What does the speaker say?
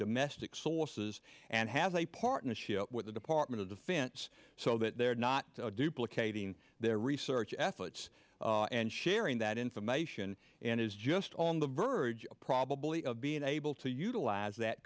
domestic sources and has a partnership with the department of defense so that they're not duplicating their research efforts and sharing that information and is just on the verge probably of being able to utilize that